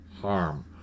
harm